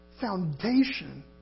foundation